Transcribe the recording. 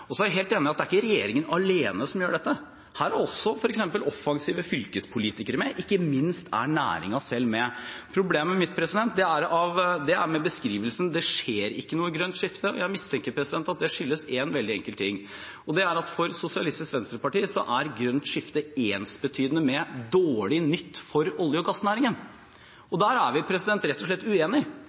Så er jeg helt enig i at det ikke er regjeringen alene som gjør dette. Her er også offensive fylkespolitikere med, og ikke minst er næringen selv med. Problemet mitt gjelder beskrivelsen av at det ikke skjer noe grønt skifte. Jeg mistenker at det skyldes én veldig enkel ting, og det er at for Sosialistisk Venstreparti er grønt skifte ensbetydende med dårlig nytt for olje- og gassnæringen. Der er vi rett og slett